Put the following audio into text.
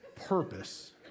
purpose